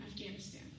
Afghanistan